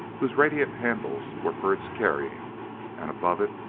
whose radiating handles were for its carrying and, above it,